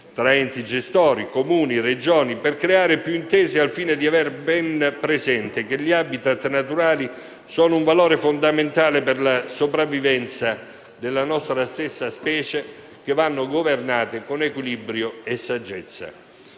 tra enti gestori, Comuni e Regioni per creare più intese, al fine di avere ben presente che gli *habitat* naturali sono un valore fondamentale per la sopravvivenza della nostra stessa specie da governare con equilibrio e saggezza.